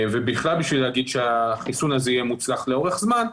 ובכלל בשביל להגיד שהחיסון הזה יהיה מוצלח לאורך זמן,